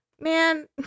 man